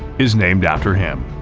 is named after him.